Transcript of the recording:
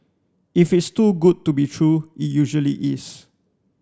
if it's too good to be true it usually is